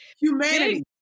Humanity